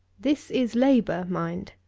this is labour, mind.